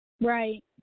Right